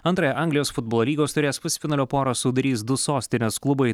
antrąją anglijos futbolo lygos taurės pusfinalio porą sudarys du sostinės klubai